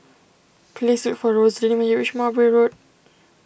please look for Rosaline when you reach Mowbray Road